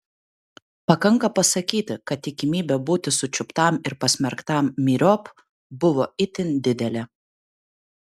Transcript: pakanka pasakyti kad tikimybė būti sučiuptam ir pasmerktam myriop buvo itin didelė